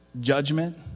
judgment